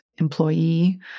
employee